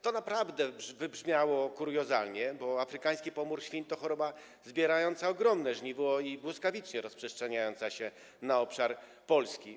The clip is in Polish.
To naprawdę wybrzmiało kuriozalnie, bo afrykański pomór świń to choroba zbierająca ogromne żniwo i błyskawicznie rozprzestrzeniająca się na obszarze Polski.